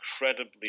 incredibly